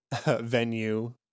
venue